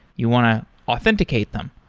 you want to authenticate them.